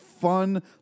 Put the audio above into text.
fun